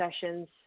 sessions